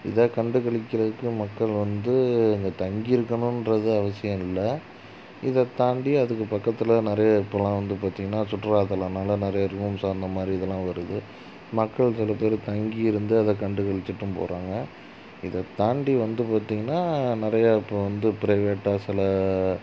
இதை கண்டுகளிக்கிறதுக்கு மக்கள் வந்து இங்கே தங்கியிருக்கணுன்றது அவசியம் இல்லை இதை தாண்டி அதுக்கு பக்கத்தில் நிறைய இப்போல்லாம் வந்து பார்த்திங்கனா சுற்றறுலாத்தலம்னால நிறைய ரூம்ஸ் அந்த மாதிரி இதெல்லாம் வருது மக்கள் சில பேர் தங்கி இருந்து அதை கண்டுகளிச்சிட்டும் போகிறாங்க இதை தாண்டி வந்து பார்த்திங்கனா நிறைய இப்போ வந்து ப்ரைவேட்டாக சில